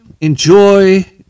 Enjoy